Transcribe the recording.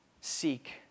Seek